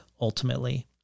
ultimately